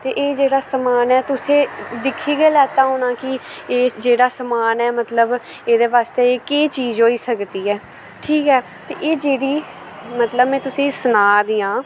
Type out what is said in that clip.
ते एह् जाह्ड़ा समान ऐ तुसैं दिक्खी गै लैत्ता होना कि एह् जाह्ड़ा समान ऐ मतलव एह्दै बास्तै ओह् केह् चीज़ होई सकदी ऐ ठीक ऐ ते एह् जेह्ड़ी मतलव नें तुसें सना दी आं